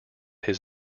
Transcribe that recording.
his